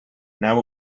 now